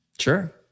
Sure